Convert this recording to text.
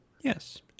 Yes